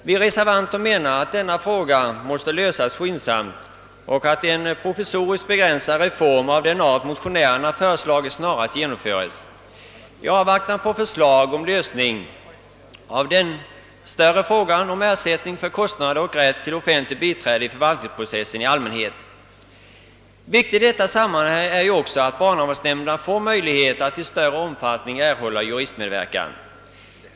Vi reservanter menar att denna fråga måste lösas skyndsamt och att en provisorisk, begränsad reform av den art motionärerna föreslagit snarast genomföres i avvaktan på förslag om lösning av den större frågan om ersättning för kostnader och rätt till offentligt biträde i förvaltningsprocesser i allmänhet. Viktigt i detta sammanhang är ju också att barnavårdsnämnderna får möjlighet att i större omfattning erhålla juristmedverkan.